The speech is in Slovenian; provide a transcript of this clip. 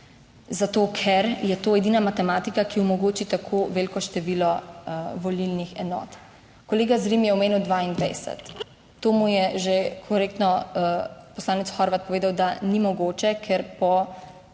zato ker je to edina matematika, ki omogoči tako veliko število volilnih enot. Kolega Zrim je omenil 22. To mu je že korektno poslanec Horvat povedal, da ni mogoče, ker po